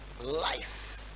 Life